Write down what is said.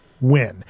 win